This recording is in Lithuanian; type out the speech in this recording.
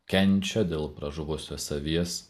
kenčia dėl pražuvusios avies